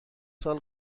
سال